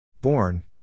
Born